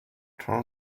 torn